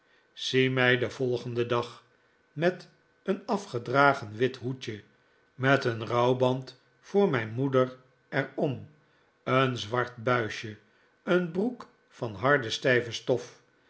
zie mij den volgenden dag met een afgedragen wit hoedje met een rouwband voor mijn moeder er om een zwart buisje een broek van harde stijve stof